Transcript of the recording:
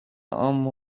عام